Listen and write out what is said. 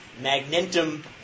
magnetum